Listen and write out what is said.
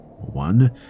one